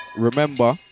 Remember